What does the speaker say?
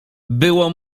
było